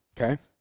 okay